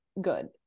good